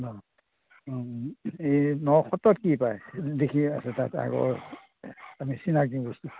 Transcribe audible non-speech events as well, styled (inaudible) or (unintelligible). অঁ অঁ এই নসত্ৰত কি পায় দেখি আছো তাত আগৰ নিচিনা (unintelligible) বস্তু